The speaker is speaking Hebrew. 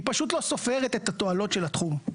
היא פשוט לא סופרת את התועלות של התחום.